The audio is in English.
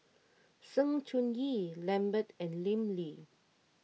Sng Choon Yee Lambert and Lim Lee